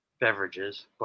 beverages